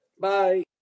Bye